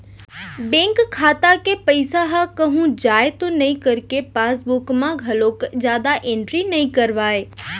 bank खाता के पइसा ह कहूँ जाए तो नइ करके पासबूक म घलोक जादा एंटरी नइ करवाय